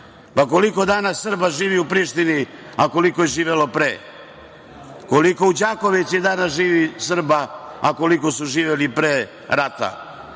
Koliko danas Srba živi u Prištini a koliko je živelo pre? Koliko u Đakovici danas živi Srba a koliko su živeli pre rata?